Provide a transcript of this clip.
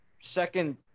second